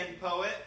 poet